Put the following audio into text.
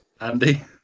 Andy